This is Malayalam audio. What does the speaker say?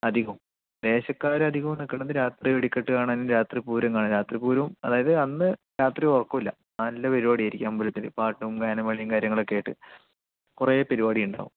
അധികവും ദേശകാർ അധികവും നിൽക്കണത് രാത്രി വെടിക്കെട്ട് കാണാനും രാത്രി പൂരം കാണാനും രാത്രി പൂരവും അതായത് അന്ന് രാത്രി ഉറക്കം ഇല്ല നല്ല പരിപാടി ആയിരിക്കും അമ്പലത്തിൽ പാട്ടും ഗാനമേളയും കാര്യങ്ങളൊക്കെ ആയിട്ട് കുറെ പരിപാടി ഉണ്ടാവും